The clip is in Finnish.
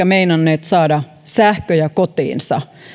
meinannut saada sähköjä kotiinsa